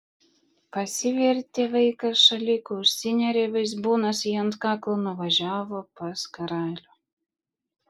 pasivertė vaikas šaliku užsinėrė vaizbūnas jį ant kaklo nuvažiavo pas karalių